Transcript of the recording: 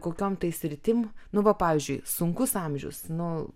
kokiom tai sritim nu va pavyzdžiui sunkus amžius nu